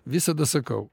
visada sakau